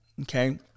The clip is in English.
okay